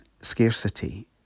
scarcity